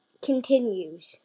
continues